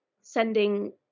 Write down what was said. sending